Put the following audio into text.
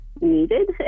needed